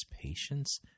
patience